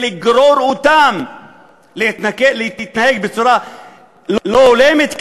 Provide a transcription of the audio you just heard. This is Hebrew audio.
לגרור אותם להתנהג בצורה לא הולמת,